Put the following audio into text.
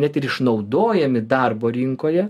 net ir išnaudojami darbo rinkoje